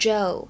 Joe